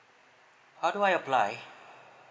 how do I apply